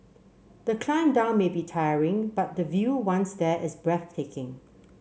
the climb down may be tiring but the view once there is breathtaking